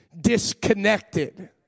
disconnected